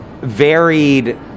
varied